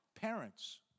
Parents